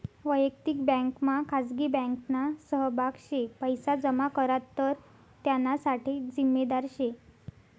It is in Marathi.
वयक्तिक बँकमा खाजगी बँकना सहभाग शे पैसा जमा करात तर त्याना साठे जिम्मेदार शे